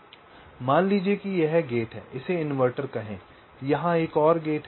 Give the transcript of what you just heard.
refer slide time 2634 मान लीजिए कि यहां गेट है इसे इन्वर्टर कहें यहां एक और गेट है